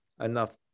enough